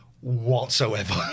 whatsoever